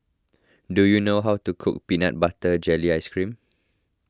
do you know how to cook Peanut Butter Jelly Ice Cream